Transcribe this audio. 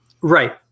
Right